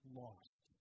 lost